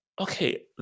okay